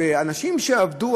אנשים שעבדו,